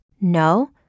No